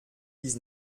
dix